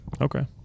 Okay